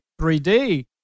3D